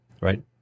right